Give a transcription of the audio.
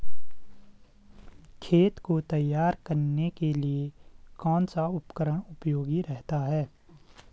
खेत को तैयार करने के लिए कौन सा उपकरण उपयोगी रहता है?